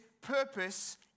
purpose